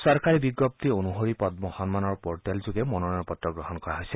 চৰকাৰী বিজ্ঞপ্তি অনুসৰি পল্ম সন্মানৰ পৰ্টেলযোগে মনোনয়ন পত্ৰ গ্ৰহণ কৰা হৈছে